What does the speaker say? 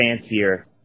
fancier